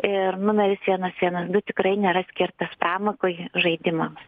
ir numeris vienas vienas du tikrai nėra skirtas pramogai žaidimams